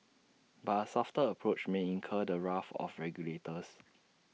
but A softer approach may incur the wrath of regulators